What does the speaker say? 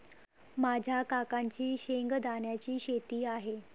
माझ्या काकांची शेंगदाण्याची शेती आहे